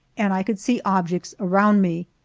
and i could see objects around me.